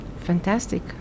Fantastic